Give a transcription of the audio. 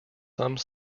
some